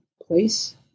place